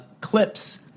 clips